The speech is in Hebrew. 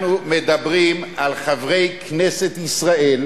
אנחנו מדברים על חברי כנסת ישראל